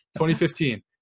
2015